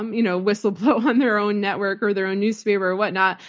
um you know whistle blow on their own network or their own newspaper or whatnot.